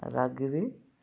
ରାଗି